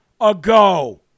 ago